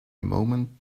moment